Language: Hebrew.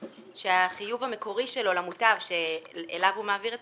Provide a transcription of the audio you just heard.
שהחיוב המקורי שלו למוטב שאליו הוא מעביר את